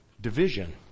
Division